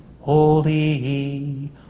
Holy